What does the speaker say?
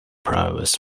previous